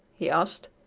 he asked.